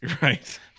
Right